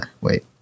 Wait